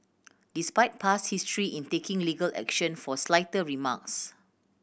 despite past history in taking legal action for slighter remarks